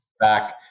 back